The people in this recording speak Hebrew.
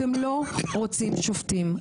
אתם לא רוצים שופטים.